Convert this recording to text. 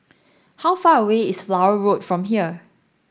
how far away is Flower Road from here